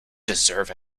deserve